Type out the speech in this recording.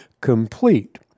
complete